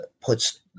puts